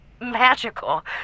magical